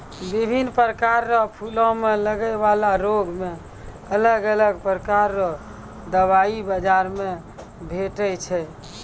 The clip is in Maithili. बिभिन्न प्रकार रो फूलो मे लगै बाला रोगो मे अलग अलग प्रकार रो दबाइ बाजार मे भेटै छै